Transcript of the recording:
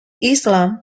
islam